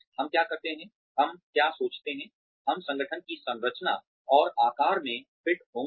हम क्या करते हैं हम क्या सोचते हैं हम संगठन की संरचना और आकार में फिट होंगे